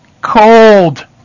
cold